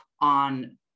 on